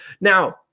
Now